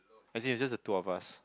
as in it's just the two of us